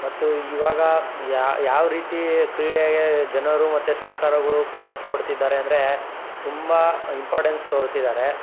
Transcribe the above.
ಮತ್ತು ಇವಾಗ ಯಾ ಯಾವ ರೀತಿ ಕ್ರೀಡೆಗೆ ಜನರು ಮತ್ತು ಸರ್ಕಾರಗಳು ಕೂಡ ಒತ್ತು ಕೊಡ್ತಿದ್ದಾರೆ ಅಂದರೆ ತುಂಬ ಇಂಪಾರ್ಟೆನ್ಸ್ ತೋರ್ತಿದ್ದಾರೆ